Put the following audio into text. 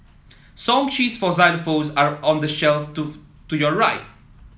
song sheets for xylophones are on the shelf to to your right